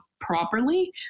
properly